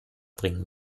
bringen